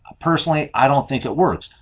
personally, i don't think it works.